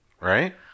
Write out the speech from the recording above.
right